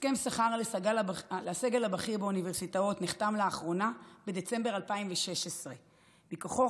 הסכם שכר לסגל הבכיר באוניברסיטאות נחתם לאחרונה בדצמבר 2016. מכוחו,